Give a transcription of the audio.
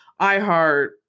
iHeart